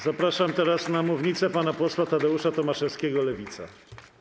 Zapraszam teraz na mównicę pana posła Tadeusza Tomaszewskiego, Lewica.